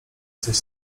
coś